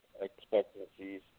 Expectancies